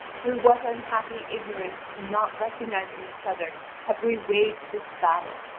through what unhappy ignorance in not recognising each other have we waged this battle!